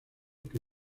que